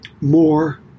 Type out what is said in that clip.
more